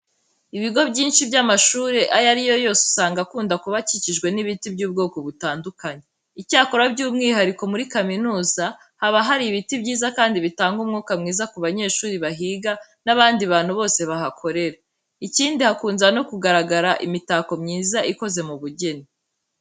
Ibigo byinshi by'amashuri ayo ari yo yose usanga akunda kuba akikijwe n'ibiti by'ubwoko butandukanye. Icyakora by'umwihariko muri kaminuza haba hari ibiti byiza kandi bitanga umwuka mwiza ku banyeshuri bahiga n'abandi bantu bose bahakora. Ikindi hakunze no kugaragara imitako myiza ikoze mu bugeni.